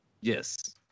Yes